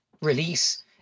release